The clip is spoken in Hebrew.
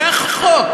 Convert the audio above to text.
זה החוק.